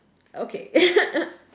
okay